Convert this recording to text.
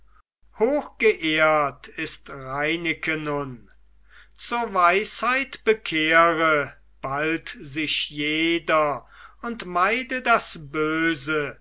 hochgeehrt ist reineke nun zur weisheit bekehre bald sich jeder und meide das böse